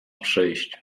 przyjść